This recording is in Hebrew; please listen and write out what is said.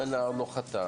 אם הנער לא חתם,